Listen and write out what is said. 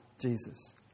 Jesus